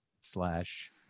slash